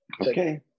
Okay